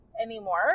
anymore